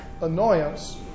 annoyance